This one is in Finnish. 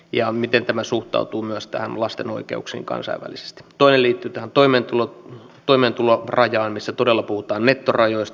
ja miten tämä suhtautuu myös tähän lasten oikeuksiin kansainvälisesti toi liitytään toinen liittyy toimeentulorajaan missä todella puhutaan nettorajoista